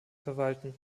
verwalten